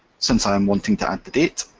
since i am wanting to add the date,